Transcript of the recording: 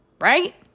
right